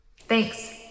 Thanks